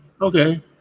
Okay